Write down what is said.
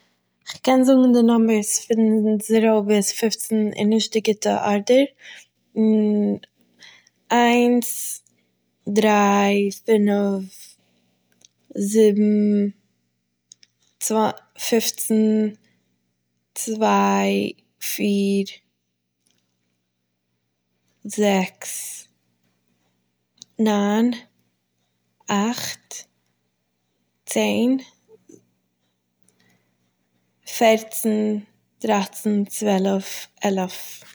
איך קען זאגן די נאמבערס פון זירא ביז פופצן איז נישט די גוטע ארדער, און איינס, דריי, פינף, זיבן, צווי- פופצן, צוויי, פיר, זעקס, ניין, אכט, צען, פערצן, דרייצן, און צוועלף, עלף